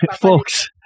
folks